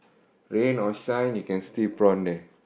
rain or shine you can still prawn there